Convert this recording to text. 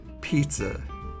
pizza